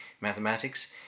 mathematics